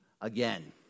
again